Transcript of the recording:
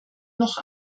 noch